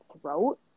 throat